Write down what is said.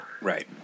Right